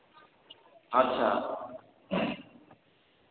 अच्छा